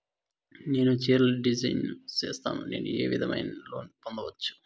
నేను చీరలు డిజైన్ సేస్తాను, నేను ఏ విధమైన లోను పొందొచ్చు